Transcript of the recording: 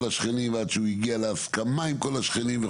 השכנים ועד שהוא הגיע להסכמה עם כל השכנים.